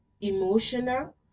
emotional